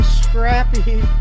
scrappy